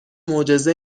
معجزه